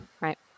right